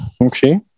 Okay